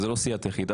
לא סיעת יחיד.